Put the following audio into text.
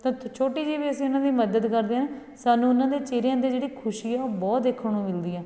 ਤਾਂ ਛੋਟੀ ਜਿਹੀ ਵੀ ਅਸੀਂ ਉਹਨਾਂ ਦੀ ਮਦਦ ਕਰਦੇ ਹਾਂ ਸਾਨੂੰ ਉਹਨਾਂ ਦੇ ਚਿਹਰਿਆਂ 'ਤੇ ਜਿਹੜੀ ਖੁਸ਼ੀ ਆ ਉਹ ਬਹੁਤ ਦੇਖਣ ਨੂੰ ਮਿਲਦੀ ਆ